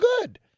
good